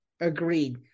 Agreed